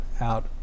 out